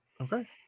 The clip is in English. Okay